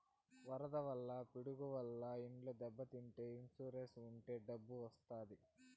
వరదల వల్ల పిడుగుల వల్ల ఇండ్లు దెబ్బతింటే ఇన్సూరెన్స్ ఉంటే డబ్బులు వత్తాయి